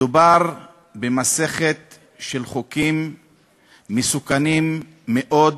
מדובר במסכת חוקים מסוכנים מאוד,